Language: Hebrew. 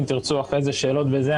אם תרצו אחרי זה שאלות וזה,